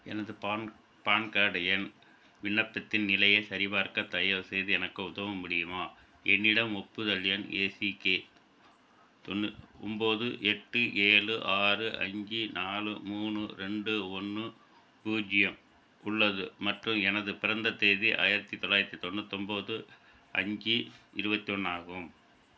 எனது PAN PAN card எண் விண்ணப்பத்தின் நிலையை சரிபார்க்க தயவுசெய்து எனக்கு உதவ முடியுமா என்னிடம் ஒப்புதல் எண் ஏ சி கே தொண்ணூ ஒம்போது எட்டு ஏழு ஆறு அஞ்சு நாலு மூணு ரெண்டு ஒன்று பூஜ்ஜியம் உள்ளது மற்றும் எனது பிறந்த தேதி ஆயிரத்தி தொள்ளாயிரத்தி தொண்ணூத்தொம்போது அஞ்சு இருபத்தி ஒன்று ஆகும்